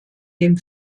dem